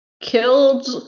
killed